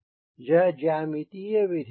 यह ज्यामितीय विधि है